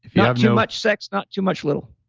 yeah too much sex, not too much little.